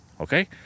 okay